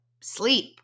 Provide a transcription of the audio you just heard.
sleep